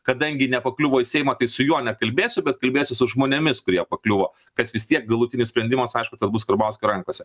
kadangi nepakliuvo į seimą tai su juo nekalbėsiu bet kalbėsiu su žmonėmis kurie pakliuvo kas vis tiek galutinis sprendimas aišku bus karbauskio rankose